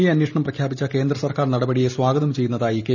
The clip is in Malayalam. എ അന്വേഷണം പ്രഖ്യാപിച്ച കേന്ദ്രസർക്കാർ നടപടിയെ സ്വാഗതം ചെയ്യുന്നതായി കെ